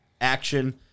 action